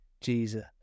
Jesus